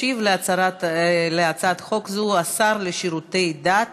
ישיב על הצעת חוק זו השר לשירותי דת